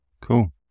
cool